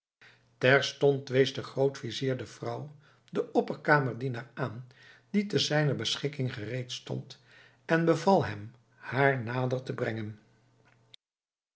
terstond wees de grootvizier de vrouw den opperkamerdienaar aan die te zijner beschikking gereed stond en beval hem haar nader te brengen